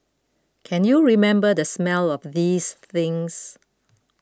can you remember the smell of these things